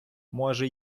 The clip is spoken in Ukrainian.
може